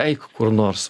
eik kur nors